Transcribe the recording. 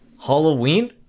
Halloween